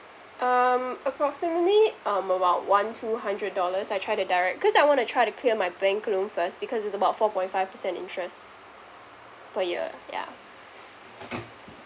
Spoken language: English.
um approximately um about one two hundred dollars I try to direct cause I want to try to clear my bank loan first because it's about four point five percent interest per year yeah